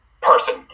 person